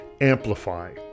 Amplify